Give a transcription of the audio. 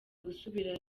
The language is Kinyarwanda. gusubira